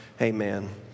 amen